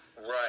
Right